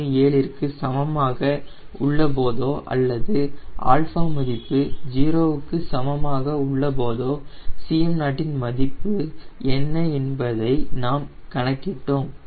237 ற்கு சமமாக உள்ள போதோ அல்லது 𝛼 மதிப்பு 0 க்கு சமமாக உள்ள போதோ Cm0 இன் மதிப்பு என்ன என்பதை நாம் கணக்கிட்டோம்